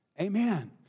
Amen